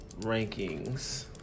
rankings